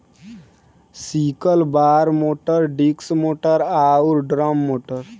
sickle bar mower, disc mower आउर drum mower